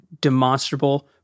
demonstrable